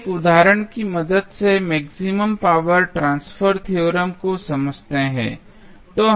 अब एक उदाहरण की मदद से मैक्सिमम पावर ट्रांसफर थ्योरम को समझते हैं